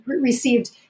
received